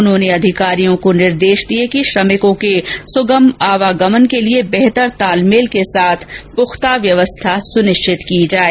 उन्होंने अधिकारियों को निर्देश दिए कि श्रमिकों के सुगम आवागमन के लिए बेहतर तालमेल के साथ पुख्ता व्यवस्था सुनिश्चित की जाए